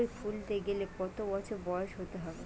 পাশবই খুলতে গেলে কত বছর বয়স হতে হবে?